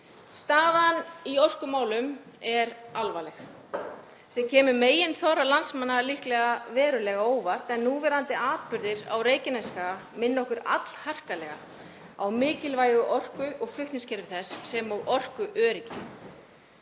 Staðan í orkumálum er alvarleg, sem kemur meginþorra landsmanna líklega verulega á óvart, en núverandi atburðir á Reykjanesskaga minna okkur allharkalega á mikilvægu orku og flutningskerfi þess sem og orkuöryggi.